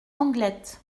anglet